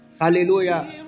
Hallelujah